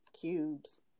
Cube's